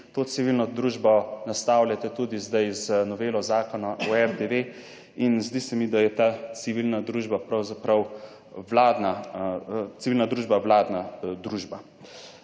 to civilno družbo nastavljate tudi zdaj z novelo Zakona o RTV in zdi se mi, da je ta civilna družba pravzaprav vladna družba. Zdaj